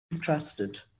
trusted